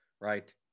right